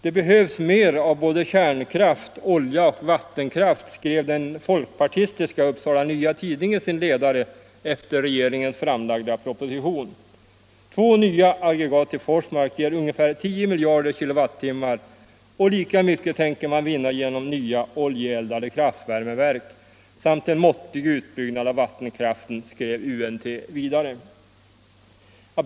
”Det behövs mer av både kärnkraft, olja och vattenkraft”, skrev den folkpartistiska Upsala Nya Tidning i en ledare sedan regeringen framlagt sin proposition. ”Två nya aggregat i Forsmark ger ungefär 10 miljarder kWh och lika mycket tänker man vinna genom nya oljeeldade kraftvärmeverk samt en måttlig utbyggnad av vattenkraften”, skrev UNT vidare.